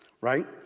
right